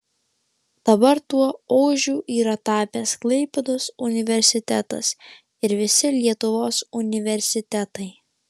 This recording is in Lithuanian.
dabar tuo ožiu yra tapęs klaipėdos universitetas ir visi lietuvos universitetai